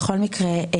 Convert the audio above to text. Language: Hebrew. בכל מקרה,